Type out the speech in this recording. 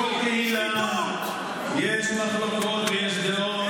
בכל חברה ובכל קהילה יש מחלוקות ויש דעות.